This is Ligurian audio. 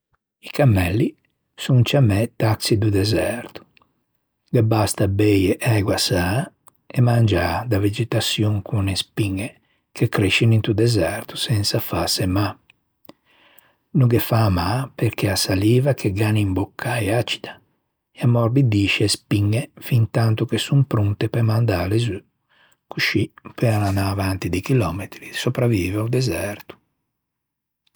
I cammelli son ciammæ taxi do deserto. Ghe basta beive ægua sâ e mangiâ da vegetaçion con e spiñe ch'a cresce into deserto sensa fâse mâ. No ghe fan mâ perché a saliva che gh'an in bocca é acida e a morbidisce e spiñe fintanto che son pronte pe mandâle zu, coscì peuan anâ avanti di chillòmetri e sopravive a-o deserto.